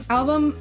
album